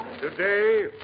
Today